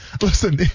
listen